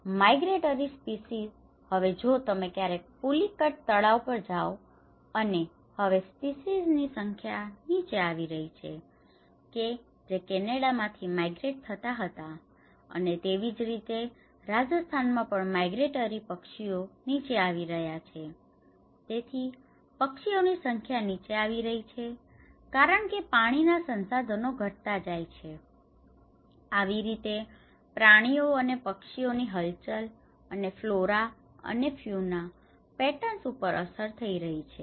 તેથી migratory species હવે જો તમે ક્યારેક પુલિકેટ તળાવ પર જાઓ છો અને હવે સ્પીસીઝ ની સંખ્યા હવે નીચે આવી રહી છે કે જે કેનેડા માંથી માઈગ્રેટ થતા હતા અને તેવી જ રીતે રાજાસ્થાનમાં પણ માઇગ્રેટરી પક્ષીઓ હવે નીચે આવી રહ્યા છે તેથી પક્ષીઓની સંખ્યા નીચે આવી રહી છે કારણ કે પાણી ના સંસાધનો ઘટતા જાય છે તેથી આવી રીતે પ્રાણીઓ અને પક્ષીઓની હલચલ અને ફલોરા અને ફ્યુના પેટર્ન્સ ઉપર પણ અસર થઇ રહી છે